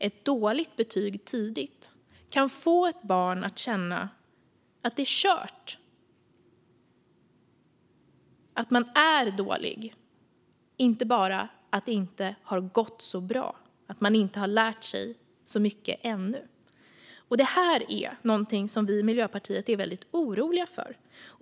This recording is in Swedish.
Ett dåligt betyg tidigt kan få ett barn att känna att det är kört och att man är dålig - inte bara att det inte har gått så bra och att man inte har lärt sig så mycket ännu. Detta är någonting som vi i Miljöpartiet är väldigt oroliga för.